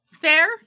fair